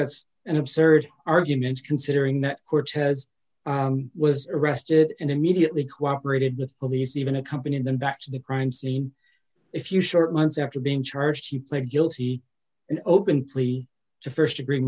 that's an absurd argument considering the court has was arrested and immediately cooperated with police even accompanied them back to the crime scene if you short months after being charged he pled guilty and open plea to st degree